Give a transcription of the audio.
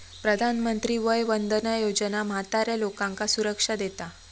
प्रधानमंत्री वय वंदना योजना म्हाताऱ्या लोकांका सुरक्षा देता